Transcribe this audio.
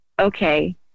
Okay